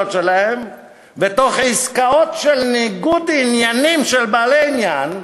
שלהם בתוך עסקאות של ניגוד עניינים של בעלי עניין.